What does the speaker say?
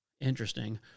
Interesting